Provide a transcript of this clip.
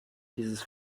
dieses